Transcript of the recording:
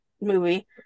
movie